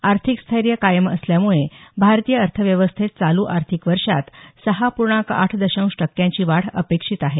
आर्थिक स्थैर्य कायम असल्यामुळे भारतीय अर्थव्यवस्थेत चालू आर्थिक वर्षात सहा पूर्णांक आठ दशांश टक्क्यांची वाढ अपेक्षित आहे